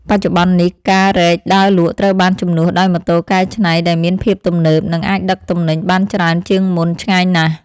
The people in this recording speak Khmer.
បច្ចុប្បន្ននេះការរែកដើរលក់ត្រូវបានជំនួសដោយម៉ូតូកែច្នៃដែលមានភាពទំនើប និងអាចដឹកទំនិញបានច្រើនជាងមុនឆ្ងាយណាស់។